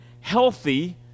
healthy